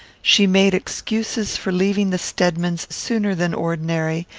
she made excuses for leaving the stedmans sooner than ordinary,